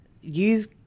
use